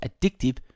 addictive